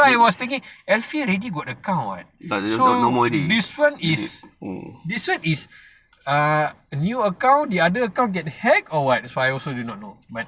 ah that's why I was thinking alfi already got the account [what] so this one is this one is err new account the other account get hack or what I also do not know but